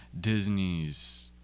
Disney's